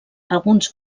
alguns